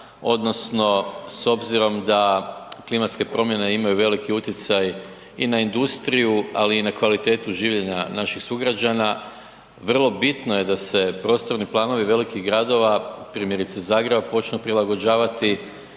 odnosno s obzirom da klimatske promjene imaju veliki utjecaj i na industriju, ali i na kvalitetu življenja naših sugrađana vrlo bitno je da se prostorni planovi velikih gradova primjerice Zagreba počnu prilagođavati